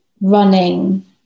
running